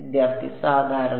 വിദ്യാർത്ഥി സാധാരണ